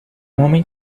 homem